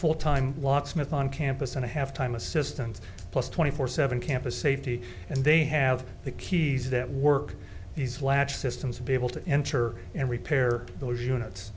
full time lot smith on campus and i have time assistant plus twenty four seven campus safety and they have the keys that work these latch systems be able to enter and repair those units